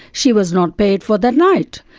she was not paid for that night.